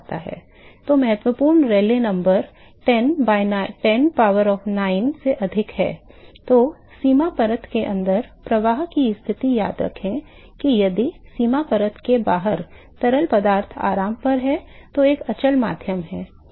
तो महत्वपूर्ण रेले संख्या 10 power 9 से अधिक है तो सीमा परत के अंदर प्रवाह की स्थिति याद रखें कि यदि सीमा परत के बाहर तरल पदार्थ आराम पर है तो एक अचल माध्यम है